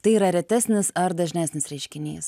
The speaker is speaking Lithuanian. tai yra retesnis ar dažnesnis reiškinys